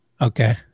Okay